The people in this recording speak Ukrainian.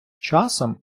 часом